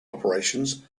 operations